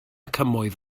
cymoedd